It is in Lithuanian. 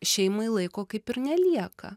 šeimai laiko kaip ir nelieka